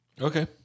Okay